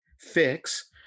fix